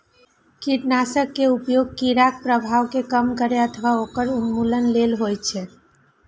कीटनाशक के उपयोग कीड़ाक प्रभाव कें कम करै अथवा ओकर उन्मूलन लेल होइ छै